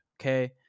okay